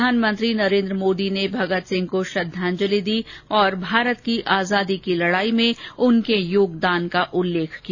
प्रधानमंत्री नरेन्द्र मोदी ने भगत सिंह को श्रद्धांजलि दी और भारत की आजादी की लडाई में उनके योगदान का उल्लेख किया